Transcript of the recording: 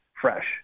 fresh